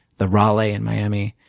the raleigh in miami.